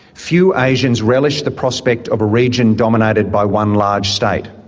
few asians relish the prospect of a region dominated by one large state.